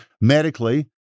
medically